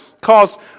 caused